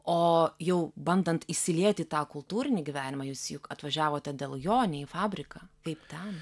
o jau bandant įsilieti į tą kultūrinį gyvenimą jūs juk atvažiavote dėl jo ne į fabriką kaip ten